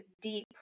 deep